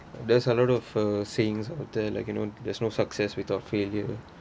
there's a lot of uh sayings out there like you know there's no success without failure